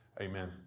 Amen